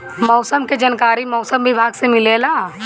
मौसम के जानकारी मौसम विभाग से मिलेला?